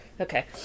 Okay